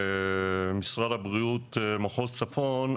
משרד הבריאות מחוז צפון,